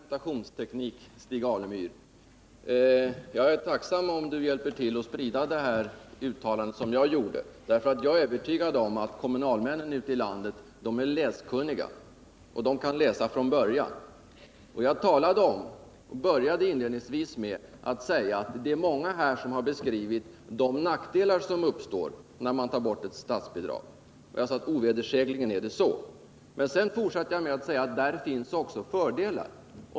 Fru talman! Det var en något enkel argumentationsteknik som Stig Alemyr tillämpade. Jag är tacksam om Stig Alemyr hjälper till att sprida det uttalande som jag gjorde, därför att jag är övertygad om att kommunalmännen ute i landet är läskunniga, och de kan läsa inlägget från början. Jag sade inledningsvis att det är många här som har beskrivit de nackdelar som uppstår, när man tar bort ett statsbidrag — jag sade att ovedersägligen är det så att nackdelar uppstår. Men jag fortsatte med att säga att det finns också fördelar.